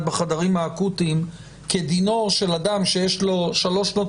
בחדרים האקוטיים כדינו של אדם שיש לו שלוש שנות